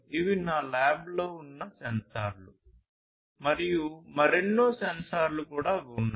ఇవి నా ల్యాబ్లో ఉన్న సెన్సార్లు మరియు మరెన్నో సెన్సార్లు కూడా ఉన్నాయి